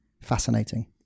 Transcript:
fascinating